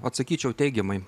atsakyčiau teigiamai